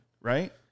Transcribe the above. right